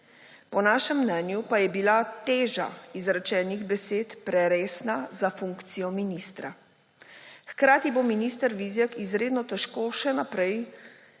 Po našem mnenju pa je bila teža izrečenih besed preresna za funkcijo ministra. Hkrati bo minister Vizjak izredno težko še naprej